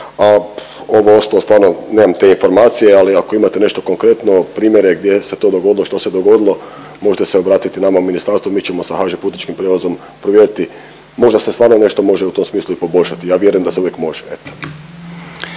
a ovo ostalo stvarno nemam te informacije ali ako imate nešto konkretno primjere gdje se to dogodilo, što se dogodilo možete se obratiti nama u ministarstvu mi ćemo sa HŽ Putničkim prijevozom provjeriti. Možda se stvarno nešto u tom smislu može i poboljšati. Ja vjerujem da se uvijek može,